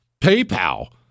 PayPal